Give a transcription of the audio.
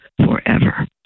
forever